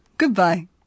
Goodbye